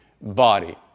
body